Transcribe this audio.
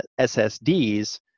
SSDs